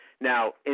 Now